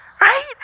right